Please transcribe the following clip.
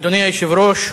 אדוני היושב-ראש,